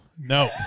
no